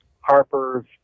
Harper's